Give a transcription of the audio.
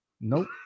Nope